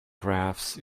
graphs